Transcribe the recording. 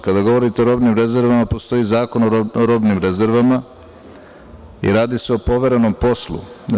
Kada govorite o robnim rezervama, postoji Zakon o robnim rezervama i radi se o poverenom poslu.